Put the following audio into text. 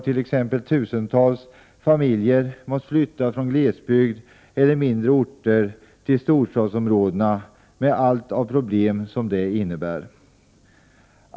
Tusentals familjer har måst flytta från glesbygd eller mindre orter till storstadsområdena med alla problem som det innebär.